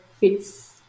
fits